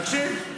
תקשיב,